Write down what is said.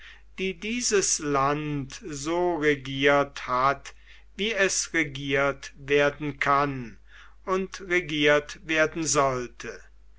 die dieses land so regiert hat wie es regiert werden kann und regiert werden sollte